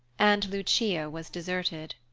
and lucia was deserted.